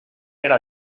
era